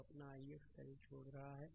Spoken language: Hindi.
तो यहअपना ix करंट छोड़ रहा है